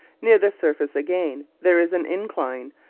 near the surface, again, there is an incline,